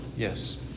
Yes